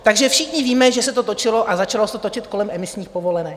Takže všichni víme, že se to točilo a začalo se to točit kolem emisních povolenek.